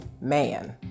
man